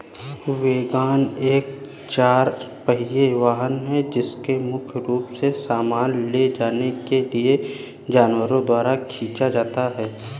wagon एक चार पहिया वाहन है जिसे मुख्य रूप से सामान ले जाने के लिए जानवरों द्वारा खींचा जाता है